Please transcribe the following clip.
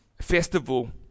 festival